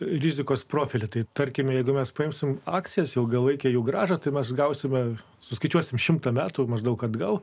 rizikos profilį tai tarkime jeigu mes paimsime akcijas ilgalaikė jų grąža tai mes gausime suskaičiuosim šimtą metų maždaug atgal